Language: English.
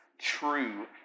true